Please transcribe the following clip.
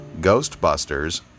Ghostbusters